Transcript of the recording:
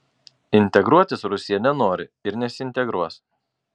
integruotis rusija nenori ir nesiintegruos